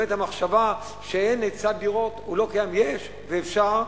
המחשבה שאין היצע דירות, הוא לא קיים, יש, ואפשר,